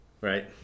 right